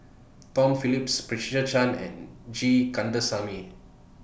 Tom Phillips Patricia Chan and G Kandasamy